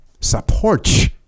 Support